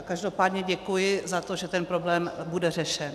Každopádně děkuji za to, že ten problém bude řešen.